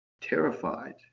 terrified